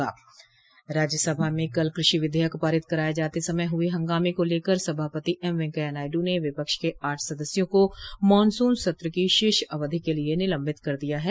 राज्यसभा में कल कृषि विधेयक पारित कराये जाते समय हए हंगामे को लेकर सभापति एमवेंकैया नायडू ने विपक्ष के आठ सदस्यों को मॉनसून सत्र की शेष अवधि के लिए निलंबित कर दिया है